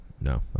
no